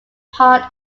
part